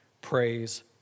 Praise